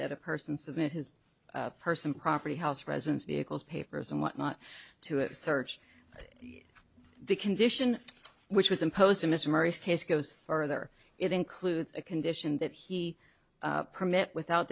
that a person submit his person property house residence vehicles papers and whatnot to a search the condition which was imposed to mr murray's case goes further it includes a condition that he permit without